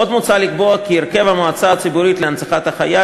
עוד מוצע לקבוע כי הרכב המועצה הציבורית להנצחת החייל